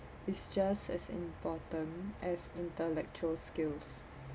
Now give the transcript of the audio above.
it's just as important as intellectual skills